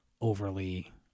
overly